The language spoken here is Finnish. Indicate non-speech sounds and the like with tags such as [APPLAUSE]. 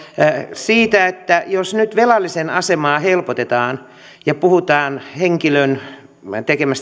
siitä että jos nyt velallisen asemaa helpotetaan ja puhutaan siitä että henkilön tekemä [UNINTELLIGIBLE]